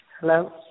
Hello